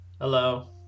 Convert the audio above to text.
Hello